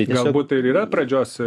galbūt tai ir yra pradžios